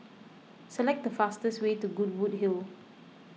select the fastest way to Goodwood Hill